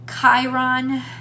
chiron